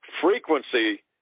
frequency